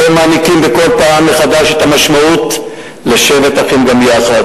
אתם מעניקים בכל פעם מחדש את המשמעות ל"שבת אחים גם יחד".